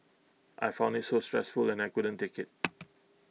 I found IT so stressful and I couldn't take IT